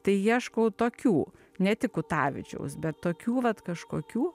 tai ieškau tokių ne tik kutavičiaus bet tokių vat kažkokių